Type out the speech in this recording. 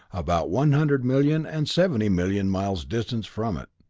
about one hundred million and seventy million miles distant from it,